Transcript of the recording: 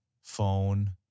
phone